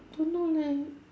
don't know leh